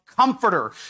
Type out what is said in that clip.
comforter